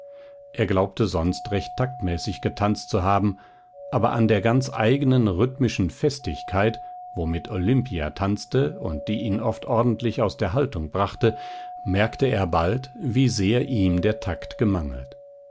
er glaubte sonst recht taktmäßig getanzt zu haben aber an der ganz eignen rhythmischen festigkeit womit olimpia tanzte und die ihn oft ordentlich aus der haltung brachte merkte er bald wie sehr ihm der takt gemangelt